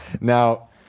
Now